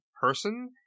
person